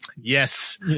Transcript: yes